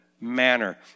manner